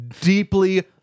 deeply